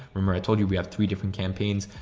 remember i told you we have three different campaigns,